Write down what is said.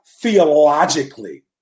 theologically